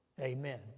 Amen